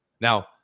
Now